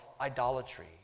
idolatry